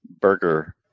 burger